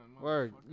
Word